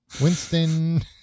Winston